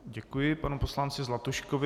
Děkuji panu poslanci Zlatuškovi.